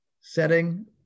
setting